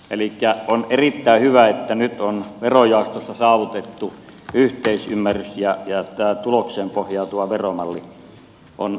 elikkä on erittäin hyvä että nyt on verojaostossa saavutettu yhteisymmärrys ja tämä tulokseen pohjautuva veromalli on reilu